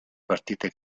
partite